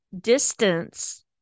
distance